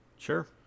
Sure